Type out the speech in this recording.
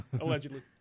Allegedly